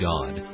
God